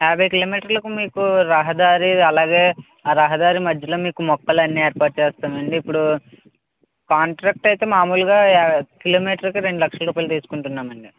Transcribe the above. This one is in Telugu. యాబై కిలోమీటర్లకు మీకు రహదారి అలాగే ఆ రహదారి మద్యలో మీకు మొక్కలన్ని ఏర్పాటు చేస్తామండి ఇప్పుడు కాంట్రాక్ట్ అయితే మాములుగా కిలోమీటర్కి రెండు లక్షల రూపాయలు తీసుకుంటున్నామండి